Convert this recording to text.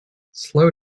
slow